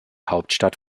hauptstadt